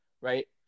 right